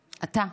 אתה,